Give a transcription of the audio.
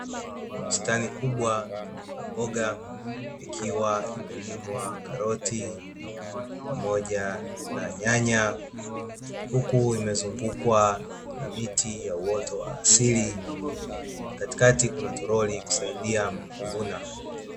Bustani kubwa ya mbogamboga ikiwa imelimwa karoti pamoja na nyanya, Huku imezungukwa na miti ya uwoto wa asili katikati kuna torori kusaidia kuvuna.